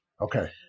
Okay